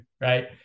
right